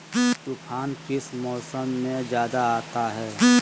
तूफ़ान किस मौसम में ज्यादा आता है?